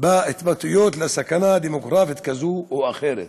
ולהתבטאויות על סכנה דמוגרפית כזאת או אחרת.